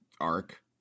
arc